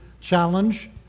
challenge